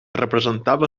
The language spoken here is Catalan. representava